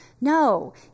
No